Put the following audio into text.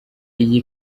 iyi